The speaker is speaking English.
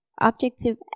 objective